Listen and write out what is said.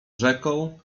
rzeką